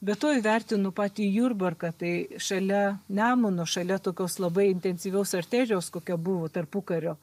be to įvertinu patį jurbarką tai šalia nemuno šalia tokios labai intensyvios arterijos kokia buvo tarpukario